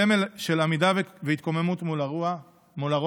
סמל של עמידה והתקוממות מול הרוע,